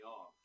off